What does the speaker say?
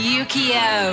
Yukio